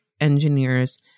engineers